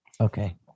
Okay